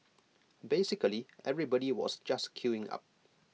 basically everybody was just queuing up